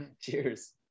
Cheers